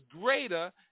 greater